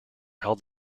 held